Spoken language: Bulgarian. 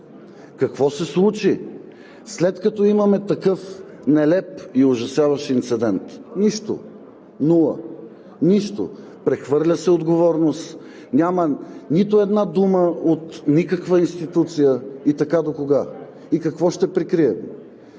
какво се случи, след като имаме такъв нелеп и ужасяващ инцидент? Нищо! Нула! Нищо! Прехвърля се отговорност, няма нито една дума от никаква институция. И така докога и какво ще прикриете?!